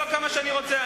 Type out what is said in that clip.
לא כמה שאני רוצה.